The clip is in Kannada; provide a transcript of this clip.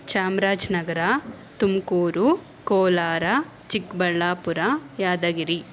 ಚಾಮ್ರಾಜನಗ್ರ ತುಮುಕೂರು ಕೋಲಾರ ಚಿಕ್ಕಬಳ್ಳಾಪುರ ಯಾದಗಿರಿ